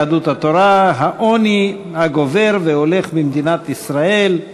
יהדות התורה: העוני הגובר והולך במדינת ישראל.